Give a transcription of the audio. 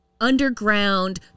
underground